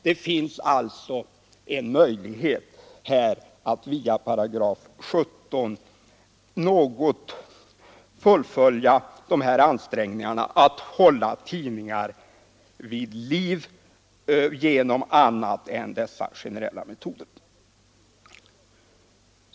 Där finns det alltså en möjlighet att via 17 § i viss utsträckning fullfölja ansträngningarna att hålla tidningar vid liv på annat sätt än med dessa generella metoder.